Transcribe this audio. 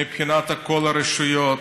מבחינת כל הרשויות,